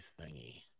thingy